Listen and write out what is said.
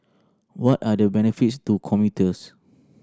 what are the benefits to commuters